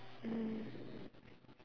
mm